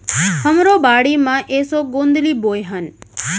हमरो बाड़ी म एसो गोंदली बोए हन